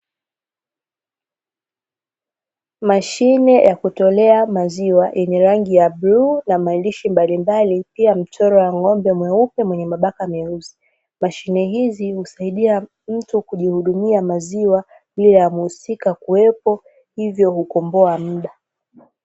Mashine ya kutolea maziwa yenye rangi ya bluu na maandishi mbalimbali, pia mchoro wa ng'ombe mweupe mwenye mabaka meusi. Mashine hizi husaidia mtu kujihudumia maziwa, bila ya mhusika kuwepo hivyo hukomboa muda.